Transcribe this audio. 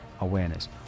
awareness